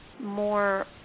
more